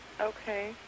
Okay